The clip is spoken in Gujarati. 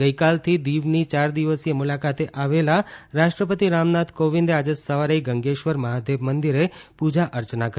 ગઇકાલથી દીવની યાર દિવસીય મુલાકાતે આવેલા રાષ્ટ્રપતિ રામનાથ કોંવિદે આજે સવારે ગંગેશ્વર મહાદેવ મંદિરે પૂજા અર્ચના કરી